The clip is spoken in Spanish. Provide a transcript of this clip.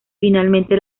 finalmente